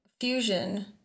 fusion